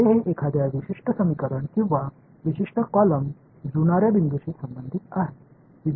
இது ஒரு குறிப்பிட்ட சமன்பாடு அல்லது ஒரு குறிப்பிட்ட நெடுவரிசையுடன் மேட்சிங் பாயிண்ட் ஒத்துப்போகிறது